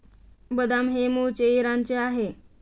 बदाम हे मूळचे इराणचे आहे